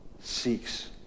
seeks